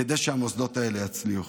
כדי שהמוסדות האלה יצליחו.